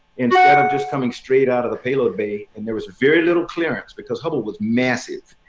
and and of just coming straight out of the payload bay and there was very little clearance because hubble was massive,